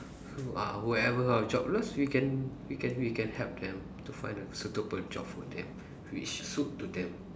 who are whoever are jobless we can we can we can help them to find a suitable job for them which suit to them